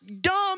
dumb